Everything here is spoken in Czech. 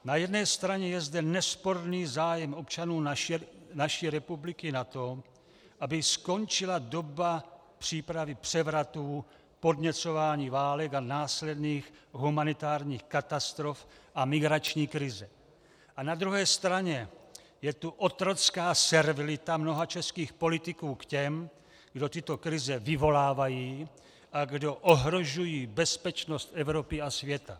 Na jedné straně je zde nesporný zájem občanů naší republiky na tom, aby skončila doba přípravy převratů, podněcování válek a následných humanitárních katastrof a migrační krize, a na druhé straně je tu otrocká servilita mnoha českých politiků k těm, kdo tyto krize vyvolávají a kdo ohrožují bezpečnost Evropy a světa.